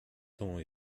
temps